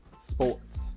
Sports